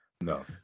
No